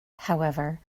however